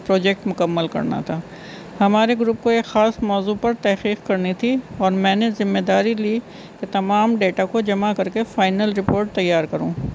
project مکمل کرنا تھا ہمارے گروپ کو ایک خاص موضوع پر تحقیق کرنی تھی اور میں نے ذمہ داری لی کہ تمام ڈیٹا کو جمع کر کے فائنل رپورٹ تیار کروں